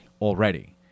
already